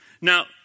Now